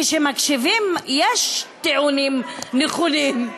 כשמקשיבים, יש טיעונים נכונים.